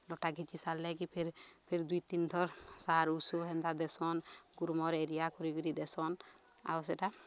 ଲଟା ଘିଚି ସାରଲେକି ଫେର୍ ଫିର୍ ଦୁଇ ତିନି ଧର ସାର୍ ଔଷଧ ହେତା ଦେସନ୍ ଗ୍ରୁମର ୟୁରିଆ ଖୁଳିକିରି ଦେସନ୍ ଆଉ ସେଟା